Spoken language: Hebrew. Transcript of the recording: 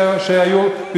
שהיו,